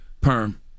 Perm